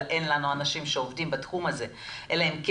אלא אין לנו אנשים שעובדים בתחום הזה אלא אם כן